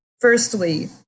Firstly